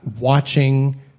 watching